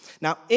Now